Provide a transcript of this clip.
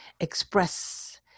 express